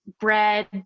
bread